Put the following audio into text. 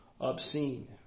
obscene